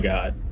God